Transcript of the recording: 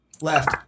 left